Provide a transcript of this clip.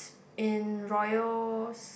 in Royal